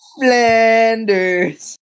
Flanders